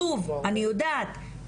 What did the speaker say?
שוב אני יודעת,